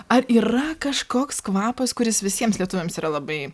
ar yra kažkoks kvapas kuris visiems lietuviams yra labai